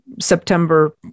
September